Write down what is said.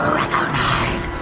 recognize